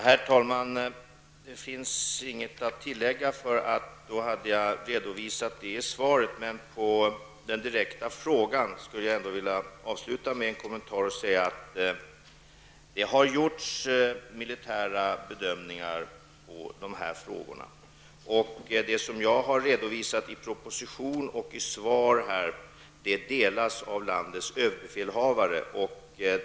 Herr talman! Det finns ingenting att tillägga. Då hade jag redovisat detta i svaret. Men på den direkta frågan vill jag ändå svara att det har gjorts militära bedömningar beträffande dessa saker. Den uppfattning som jag har redovisat i proposition och i svar här delas av landets överbefälhavare.